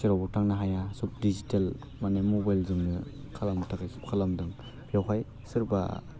जेरावबो थांनो हाया सब डिजिटेल मानि मबाइलजोंनो खालामनो थाखाय खालामदों बेवहाय सोरबा